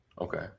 Okay